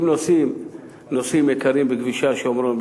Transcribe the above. אם נוסעים נוסעים יקרים בכבישי השומרון,